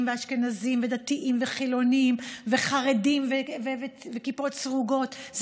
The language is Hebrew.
ואשכנזים ודתיים וחילונים וחרדים וכיפות סרוגות.